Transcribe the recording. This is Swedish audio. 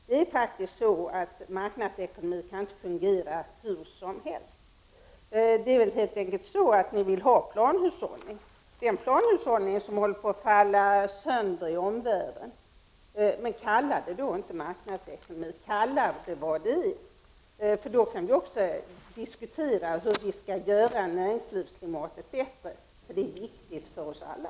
Men marknadsekonomin kan faktiskt inte fungera hur som helst. Det är väl helt enkelt så att regeringen vill ha planhushållning — en planhushållning som håller på att falla sönder i omvärlden. Men kalla det inte för marknadsekonomi utan kalla det för vad det är. Vi kan sedan diskutera hur vi skall göra näringslivsklimatet bättre, vilket är viktigt för oss alla.